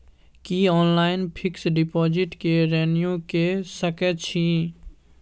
की online fix deposit के renew के सकै छी?